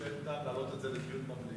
אני מסכים שאין טעם להעלות את זה לדיון במליאה,